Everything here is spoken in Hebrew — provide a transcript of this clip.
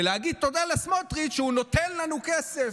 ולהגיד תודה לסמוטריץ' שהוא נותן לנו כסף.